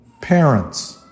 parents